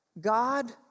God